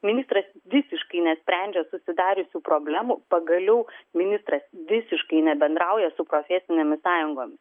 ministras visiškai nesprendžia susidariusių problemų pagaliau ministras visiškai nebendrauja su profesinėmis sąjungomis